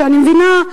אני מבינה,